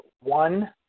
one